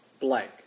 blank